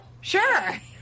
sure